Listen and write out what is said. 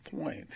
point